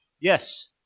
Yes